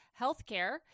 healthcare